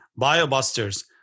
BioBusters